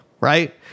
right